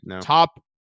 top